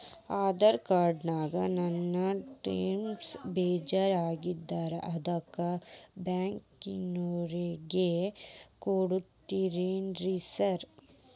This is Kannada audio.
ಆಧಾರ್ ಕಾರ್ಡ್ ನ್ಯಾಗ ನನ್ ಅಡ್ರೆಸ್ ಚೇಂಜ್ ಆಗ್ಯಾದ ಅದನ್ನ ಬ್ಯಾಂಕಿನೊರಿಗೆ ಕೊಡ್ಬೇಕೇನ್ರಿ ಸಾರ್?